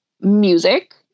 music